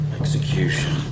execution